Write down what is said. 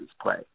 play